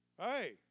Hey